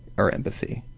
or empathy,